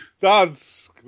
Dance